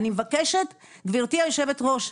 גברתי היושבת-ראש,